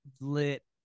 lit